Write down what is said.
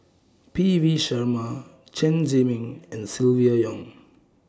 P V Sharma Chen Zhiming and Silvia Yong